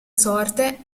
sorte